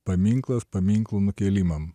paminklas paminklų nukėlimam